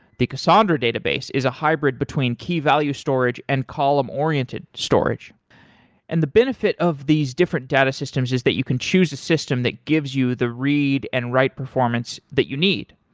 the cassandra database is a hybrid between key-value storage and column-oriented storage and the benefit of these different data systems is that you can choose a system that gives you the read and write performance that you need.